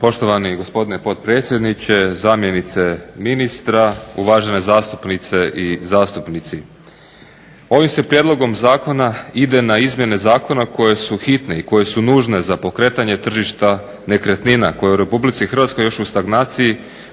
Poštovani gospodine potpredsjedniče, zamjenice ministra, uvažene zastupnice i zastupnici. Ovim se prijedlogom zakona ide na izmjene zakona koje su hitne i koje su nužne za pokretanje tržišta nekretnina koja je u RH još u stagnaciji